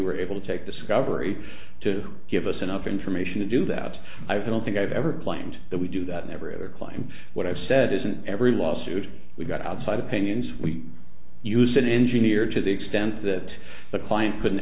were able to take discovery to give us enough information to do that i don't think i've ever claimed that we do that every other claim what i've said isn't every lawsuit we've got outside opinions we use an engineer to the extent that the client couldn't